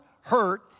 hurt